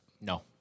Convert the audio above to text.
No